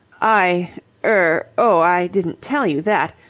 i er oh, i didn't tell you that.